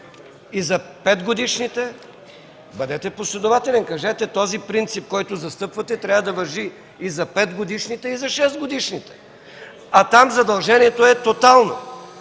и за 5-годишните. Бъдете последователен. Кажете, този принцип, който застъпвате, трябва да важи и за 5-годишните, и за 6-годишните, а там задължението е тотално.